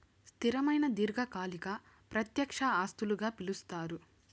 స్థిరమైన దీర్ఘకాలిక ప్రత్యక్ష ఆస్తులుగా పిలుస్తారు